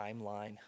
timeline